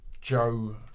Joe